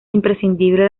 imprescindible